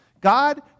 God